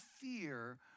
fear